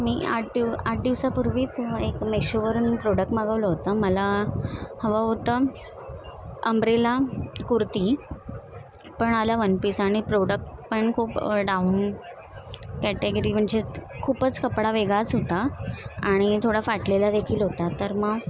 मी आठ दिव आठ दिवसापूर्वीच एक मेशोवरून प्रोडक्ट मागवलं होतं मला हवं होतं अंबरेला कुर्ती पण आलं वन पीस आणि प्रोडक्ट पण खूप डाऊन कॅटेगरी म्हणजे खूपच कपडा वेगळाच होता आणि थोडा फाटलेला देखील होता तर मग